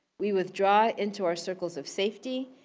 we withdraw into our circles of safety,